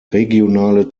regionale